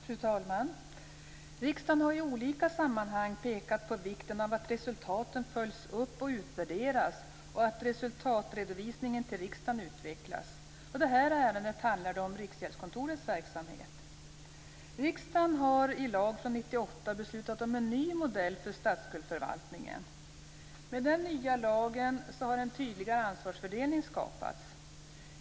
Fru talman! Riksdagen har i olika sammanhang pekat på vikten av att resultaten följs upp och utvärderas och att resultatredovisningen till riksdagen utvecklas. Detta ärende handlar om Riksgäldskontorets verksamhet. Riksdagen har i lag från 1998 beslutat om en ny modell för statsskuldsförvaltningen. Med den nya lagen har en tydligare ansvarsfördelning skapats.